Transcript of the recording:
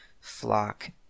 flock